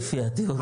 לפי הדברים.